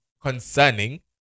concerning